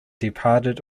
departed